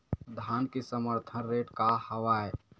धान के समर्थन रेट का हवाय?